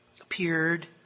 appeared